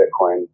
Bitcoin